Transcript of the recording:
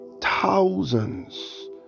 thousands